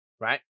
right